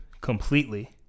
completely